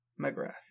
McGrath